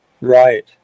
Right